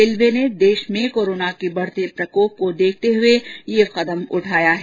railway ने देश में कोरोना के बढ़ते प्रकोप को देखते हुए ये कदम उठाया है